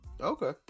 okay